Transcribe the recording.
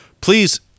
Please